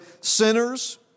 sinners